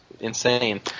insane